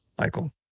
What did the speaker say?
Michael